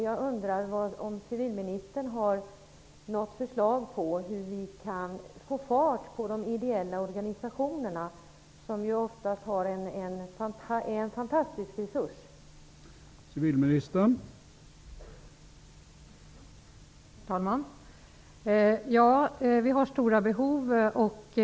Jag undrar om civilministern har något förslag till hur vi skall kunna få fart på de ideella organisationerna, som ju ofta är en fantastisk resurs i sådana sammanhang.